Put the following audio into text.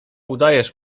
udajesz